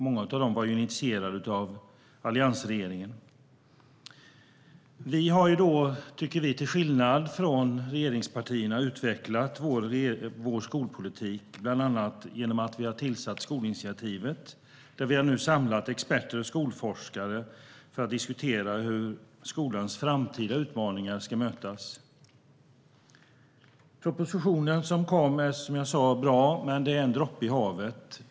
Många av dem var initierade under alliansregeringen. Till skillnad från regeringspartierna har vi utvecklat vår skolpolitik. Vi har bland annat tillsatt Skolinitiativet. Där har vi samlat experter och skolforskare för att diskutera hur skolans framtida utmaningar ska mötas. Propositionen som kom är som jag sa bra. Men det är en droppe i havet.